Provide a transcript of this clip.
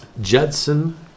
Judson